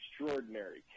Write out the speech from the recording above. extraordinary